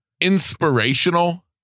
Inspirational